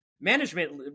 management